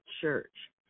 Church